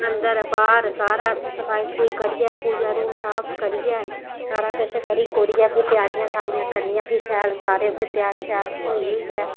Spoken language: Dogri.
अंदर बाह्र सारे सफाई सफूई करियै पूजा रूम साफ करियै सारा किश करी कुरियै फिर त्यारियां सारियां करनियां फिर शैल सारे फिर त्यार श्यार होई हूइयै